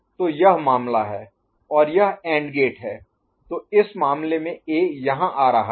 तो यह मामला है और यह एंड गेट है तो इस मामले में A यहाँ आ रहा है